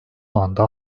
anda